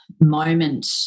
moment